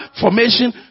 formation